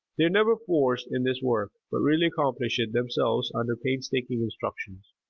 they are never forced in this work, but really accomplish it themselves under painstaking instructions.